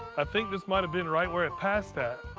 i think this might've been right where it passed at.